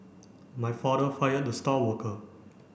my father fired the star worker